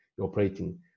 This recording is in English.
operating